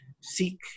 seek